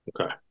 Okay